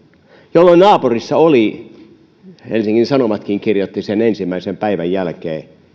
jolloin naapurissa oli helsingin sanomatkin kirjoitti sen ensimmäisen päivän jälkeen